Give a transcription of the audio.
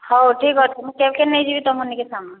ହଉ ଠିକ୍ ଅଛି ମୁଁ କେଲକେ ନେଇଯିବି ତୁମ ନିକେ ସାମାନ୍